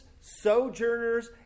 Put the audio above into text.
sojourners